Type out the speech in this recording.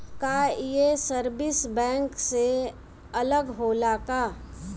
का ये service bank से अलग होला का?